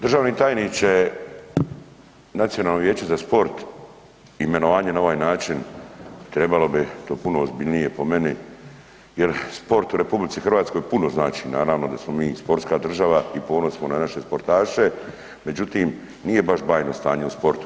Državni tajniče Nacionalno vijeće za sport, imenovanje na ovaj način trebalo bi to puno ozbiljnije, po meni jer sport u RH puno znači, naravno da smo mi sportska država i ponosni smo na naše sportaše, međutim nije baš bajno stanje u sportu.